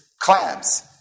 clams